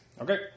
Okay